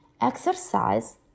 exercise